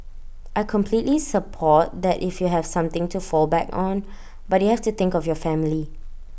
I completely support that if you have something to fall back on but you have to think of your family